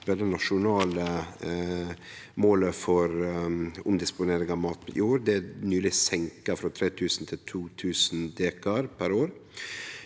det nasjonale målet for omdisponering av matjord. Det er nyleg senka frå 3 000 til 2 000 dekar per år.